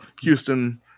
Houston